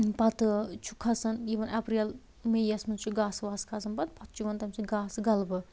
پتہٕ چھُ کھسان یوان اپریل مے یس منٛز چھُ گاسہٕ واسہٕ کھسان پتہٕ تتھ چھُ یِوان پتہٕ گاسہٕ غلبہٕ